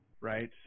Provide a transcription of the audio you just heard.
Right